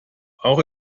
auch